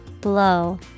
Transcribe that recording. Blow